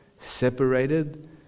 separated